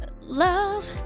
love